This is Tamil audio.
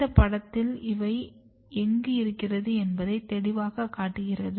இந்த படத்தில் இவை எங்கு இருக்கிறது என்பதை தெளிவாக காட்டுகிறது